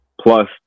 plus